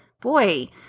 boy